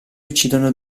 uccidono